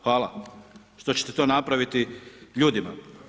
Hvala, što ćete to napraviti ljudima.